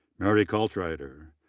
mary caltrider,